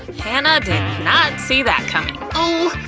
hannah did not see that coming. ooh,